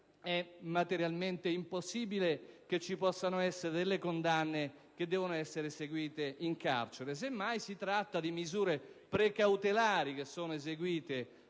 è materialmente impossibile che ci possano essere condanne che devono essere eseguite in carcere; semmai, si tratta di misure pre-cautelari eseguite